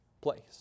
place